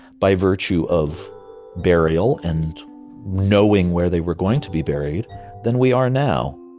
by virtue of burial and knowing where they were going to be buried than we are now